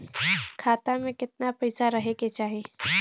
खाता में कितना पैसा रहे के चाही?